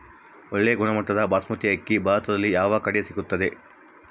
ಒಳ್ಳೆ ಗುಣಮಟ್ಟದ ಬಾಸ್ಮತಿ ಅಕ್ಕಿ ಭಾರತದಲ್ಲಿ ಯಾವ ಕಡೆ ಸಿಗುತ್ತದೆ?